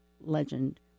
legend